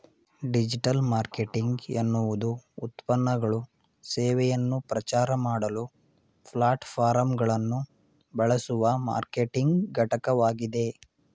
digital marketing ಎನ್ನುವುದುಉತ್ಪನ್ನಗಳು ಸೇವೆಯನ್ನು ಪ್ರಚಾರಮಾಡಲು ಪ್ಲಾಟ್ಫಾರ್ಮ್ಗಳನ್ನುಬಳಸುವಮಾರ್ಕೆಟಿಂಗ್ಘಟಕವಾಗಿದೆ